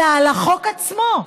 אלא על החוק עצמו,